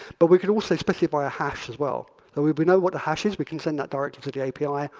but we could also specify a hash as well. if we we know what the hash is, we can send that directly to the api,